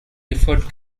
differed